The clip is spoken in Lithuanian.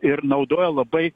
ir naudoja labai